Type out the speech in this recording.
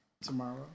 tomorrow